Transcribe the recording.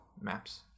maps